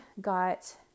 got